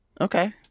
Okay